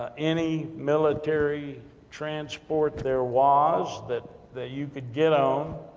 ah any military transport there was, that that you could get on,